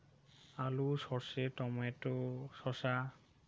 আলু সর্ষে টমেটো শসা